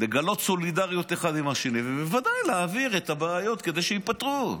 לגלות סולידריות אחד לשני ובוודאי להעביר את הבעיות כדי שייפתרו,